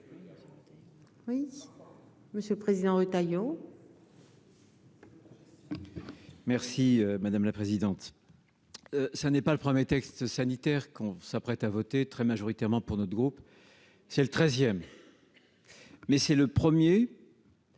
Oui, Monsieur le Président, Retailleau. Merci madame la présidente, ça n'est pas le 1er texte sanitaire qu'on s'apprête à voter très majoritairement pour notre groupe, c'est le treizième mais c'est le premier.